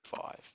Five